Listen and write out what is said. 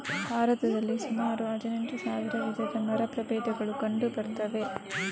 ಭಾರತದಲ್ಲಿ ಸುಮಾರು ಹದಿನೆಂಟು ಸಾವಿರ ವಿಧದ ಮರ ಪ್ರಭೇದಗಳು ಕಂಡು ಬರ್ತವೆ